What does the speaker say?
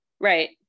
right